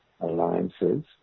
alliances